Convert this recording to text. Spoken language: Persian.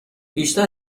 بیشتر